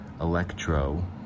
electro